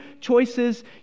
choices